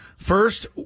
First